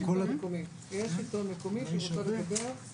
יש פה נציג מהשלטון המקומי.